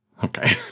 Okay